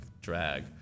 drag